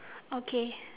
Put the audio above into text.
okay